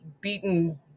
beaten